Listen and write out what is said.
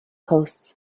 hosts